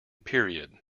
period